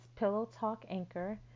pillowtalkanchor